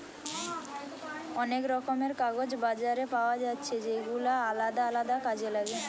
অনেক রকমের কাগজ বাজারে পায়া যাচ্ছে যেগুলা আলদা আলদা কাজে লাগে